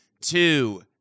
two